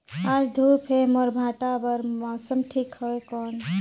आज धूप हे मोर भांटा बार मौसम ठीक हवय कौन?